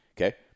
Okay